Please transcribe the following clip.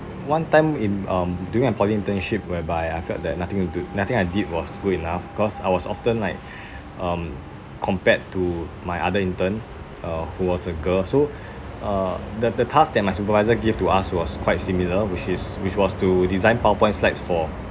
mm uh there was one time in um during my poly internship whereby I felt that nothing to do nothing I did was good enough cause I was often like um compared to my other intern uh who was a girl so uh that the task that my supervisor give to us was quite similar which is which was to design powerpoint slides for